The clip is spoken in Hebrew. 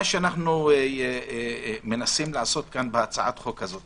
מה שאנחנו מנסים לעשות כאן, בהצעת החוק הזאת